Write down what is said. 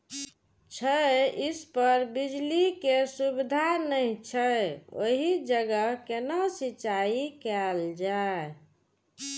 छै इस पर बिजली के सुविधा नहिं छै ओहि जगह केना सिंचाई कायल जाय?